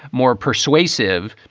more persuasive,